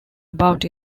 about